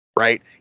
right